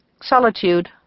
solitude